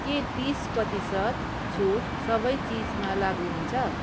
के तिस प्रतिशत छुट सबै चिजमा लागू हुन्छ